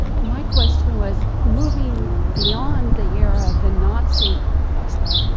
my question was moving beyond the era of the nazi stuff,